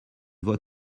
vois